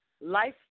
life